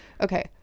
Okay